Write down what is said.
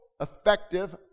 effective